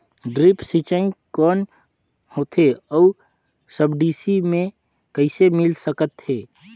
Drip सिंचाई कौन होथे अउ सब्सिडी मे कइसे मिल सकत हे?